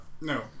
No